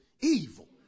evil